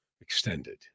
extended